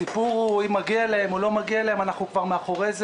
השאלה אם מגיע להם או לא מגיע להם אנחנו כבר מאחורי זה,